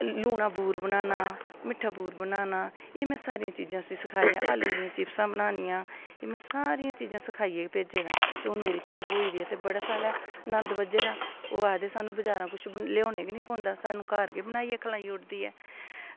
Luna बूर बनाना मिट्ठा बूर बनाना एह् में सारियां चीज़ां में उसी बनाना सखाइयां आलू दियां चिप्सां कियां बनानियां एह् में सारियां चीज़ां गै सखाइयै भेजे दा ते ओह् मेरी धी ब्होई दी ऐ ते बड़ा सारा नंद बज्झे दा ओह् आक्खदे कि बजारा लेआना निं पौंदा सानूं हून घर बनाइयै गै खलाई ओड़दी ऐ